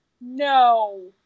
No